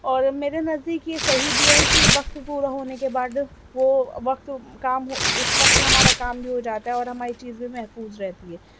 اور میرے نزدیک یہ صحیح بھی ہے کہ وقت پورا ہونے کے بعد وہ وقت کام اس وقت ہمارا کام بھی ہو جاتا ہے اور ہماری چیز بھی محفوظ رہتی ہے